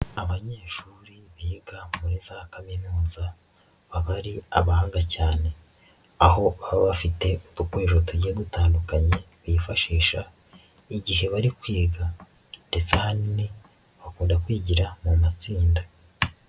Abanyeshuri biga muri za kaminuza baba ari abahanga cyane, aho baba bafite udukoresho tugiye dutandukanye bifashisha igihe bari kwiga ndetse ahanini bakunda kwigira mu matsinda.